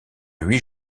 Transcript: huit